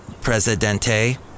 Presidente